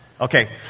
Okay